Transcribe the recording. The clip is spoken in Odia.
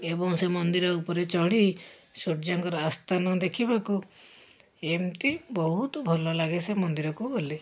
ଏବଂ ସେ ମନ୍ଦିର ଉପରେ ଚଢ଼ି ସୂର୍ଯ୍ୟଙ୍କର ଆସ୍ଥାନ ଦେଖିବାକୁ ଏମିତି ବହୁତ ଭଲଲାଗେ ସେ ମନ୍ଦିରକୁ ଗଲେ